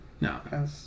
No